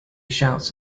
shouts